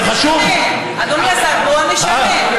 אדוני השר, בוא נשנה.